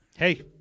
Hey